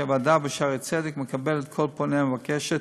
הוועדה ב"שערי צדק" מקבלת כל פונה המבקשת